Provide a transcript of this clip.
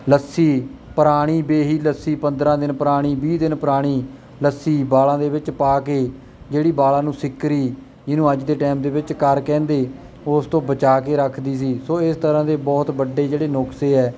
ਲੱਸੀ ਪੁਰਾਣੀ ਬੇਹੀ ਲੱਸੀ ਪੰਦਰ੍ਹਾਂ ਦਿਨ ਪੁਰਾਣੀ ਵੀਹ ਦਿਨ ਪੁਰਾਣੀ ਲੱਸੀ ਵਾਲਾਂ ਦੇ ਵਿੱਚ ਪਾ ਕੇ ਜਿਹੜੀ ਵਾਲਾਂ ਨੂੰ ਸਿੱਕਰੀ ਜਿਹਨੂੰ ਅੱਜ ਦੇ ਟਾਈਮ ਦੇ ਵਿੱਚ ਕਰ ਕਹਿੰਦੇ ਉਸ ਤੋਂ ਬਚਾ ਕੇ ਰੱਖਦੀ ਸੀ ਸੋ ਇਸ ਤਰ੍ਹਾਂ ਦੇ ਬਹੁਤ ਵੱਡੇ ਜਿਹੜੇ ਨੁਸਖੇ ਆ